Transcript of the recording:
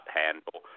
handle